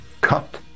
cut